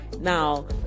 Now